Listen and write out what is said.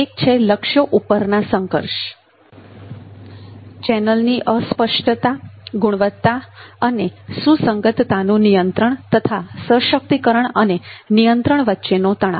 એક છે લક્ષ્યો ઉપરના સંઘર્ષ ચેનલની અસ્પષ્ટતા ગુણવત્તા અને સુસંગતતાનું નિયંત્રણ તથા સશક્તિકરણ અને નિયંત્રણ વચ્ચેનો તણાવ